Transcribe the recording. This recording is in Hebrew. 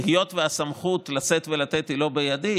היות שהסמכות לשאת ולתת לא בידי,